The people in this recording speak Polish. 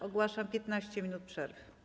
Ogłaszam 15 minut przerwy.